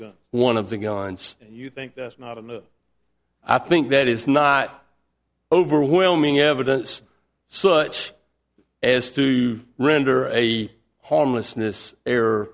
gun one of the guns you think that's not and i think that is not overwhelming evidence so much as to render a homelessness